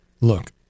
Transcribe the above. Look